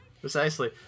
precisely